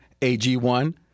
AG1